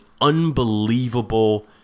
unbelievable